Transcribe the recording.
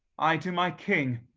i to my king,